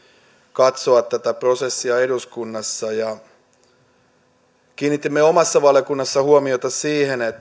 katsoa tätä prosessia eduskunnassa kiinnitimme omassa valiokunnassa huomiota siihen